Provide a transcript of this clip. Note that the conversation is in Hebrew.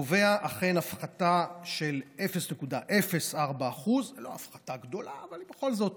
אכן קובע הפחתה של 0.04% לא הפחתה גדולה אבל בכל זאת